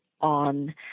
on